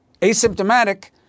Asymptomatic